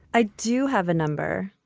i do have a number.